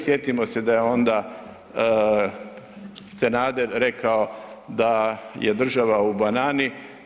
Sjetimo se da je onda Senader rekao da je država u banani.